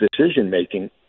decision-making